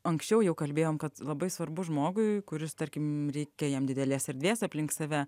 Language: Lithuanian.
anksčiau jau kalbėjom kad labai svarbu žmogui kuris tarkim reikia jam didelės erdvės aplink save